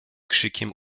krzykiem